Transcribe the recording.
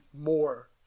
more